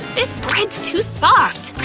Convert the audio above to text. this bread's too soft.